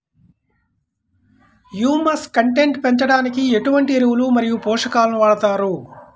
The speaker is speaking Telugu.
హ్యూమస్ కంటెంట్ పెంచడానికి ఎటువంటి ఎరువులు మరియు పోషకాలను వాడతారు?